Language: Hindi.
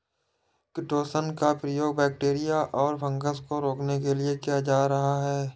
किटोशन का प्रयोग बैक्टीरिया और फँगस को रोकने के लिए किया जा रहा है